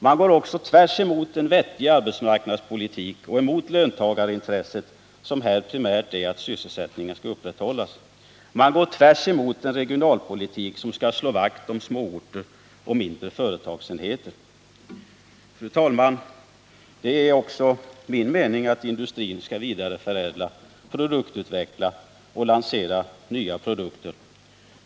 Man går också tvärtemot en vettig arbetsmarknadspolitik och emot löntagarintresset. som här primärt är att sysselsättningen skall upprätthällas. Man går tvärtemot en regionalpolitik som skall slå vakt om småorter och mindre företagsenheter. Fru talman! Det är också min mening att industrin skall vidareförädla. utveckla och lansera nya produkter.